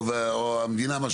או המדינה,